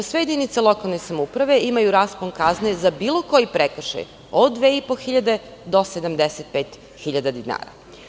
Sve jedinice lokalne samouprave imaju raspon kazne za bilo koji prekršaj od 2.500 do 75.000 dinara.